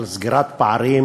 על סגירת פערים